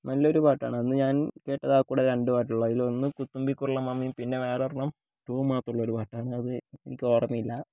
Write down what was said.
നല്ലൊരു പാട്ടാണ് അന്ന് ഞാൻ കേട്ടത് ആകെക്കൂടെ രണ്ട് പാട്ടുകളാണ് അതിലൊന്ന് പൂത്തുമ്പി കുർളമാമി പിന്നെ വേറൊരണ്ണം ട്യൂൺ മാത്രമുള്ള ഒരു പാട്ടാണ് അതെനിക്ക് ഓർമ്മയില്ല